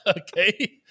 okay